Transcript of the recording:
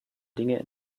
dinge